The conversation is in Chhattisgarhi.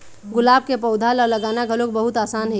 गुलाब के पउधा ल लगाना घलोक बहुत असान हे